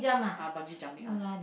ah bungee jumping ah